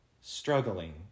struggling